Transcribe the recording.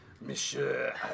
Monsieur